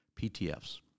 PTFs